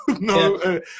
no